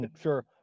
sure